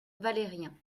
valérien